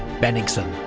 bennigsen,